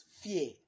fear